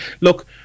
look